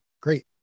great